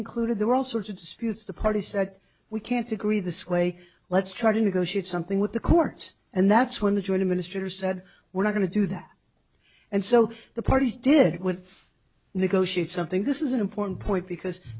included there were all sorts of disputes the party said we can't agree this way let's try to negotiate something with the courts and that's when the joint minister said we're not going to do that and so the parties did would negotiate something this is an important point because